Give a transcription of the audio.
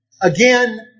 Again